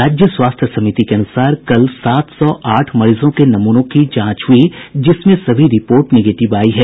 राज्य स्वास्थ्य समिति के अनुसार कल सात सौ आठ मरीजों के नमूनों की जांच हुई जिसमें सभी रिपोर्ट निगेटिव आयी है